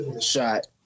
shot